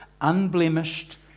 unblemished